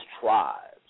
tribes